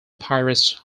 pirates